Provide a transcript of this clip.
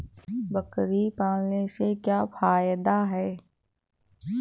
बकरी पालने से क्या फायदा है?